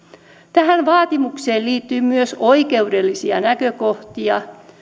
tähän vaatimukseen liittyy myös oikeudellisia näkökohtia